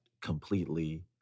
completely